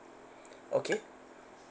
okay